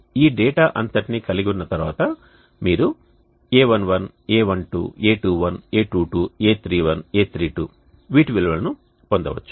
ఈ డేటా అంతటినీ కలిగి ఉన్న తర్వాత మీరు a11a12a21a22a31a32 వీటి విలువలను పొందవచ్చు